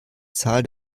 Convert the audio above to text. zahl